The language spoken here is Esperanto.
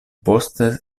poste